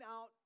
out